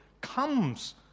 comes